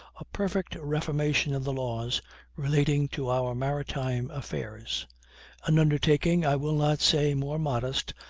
a perfect reformation of the laws relating to our maritime affairs an undertaking, i will not say more modest,